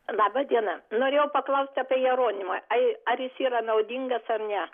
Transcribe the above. laba diena norėjau paklausti apie jeronimą a ar jis yra naudingas ar ne